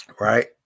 Right